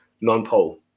non-pole